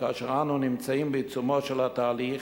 כאשר אנו נמצאים בעיצומו של התהליך,